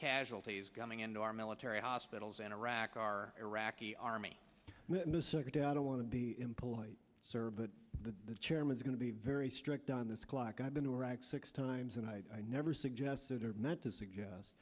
casualties coming into our military hospitals in iraq are iraqi army i don't want to be employed sir but the chairman's going to be very strict on this clock i've been to iraq six times and i never suggested or meant to suggest